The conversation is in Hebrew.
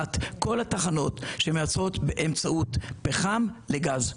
כל התחנות שמייצרות באמצעות פחם לגז.